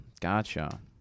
Gotcha